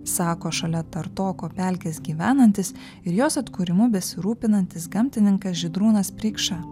sako šalia tartoko pelkės gyvenantis ir jos atkūrimu besirūpinantis gamtininkas žydrūnas preikša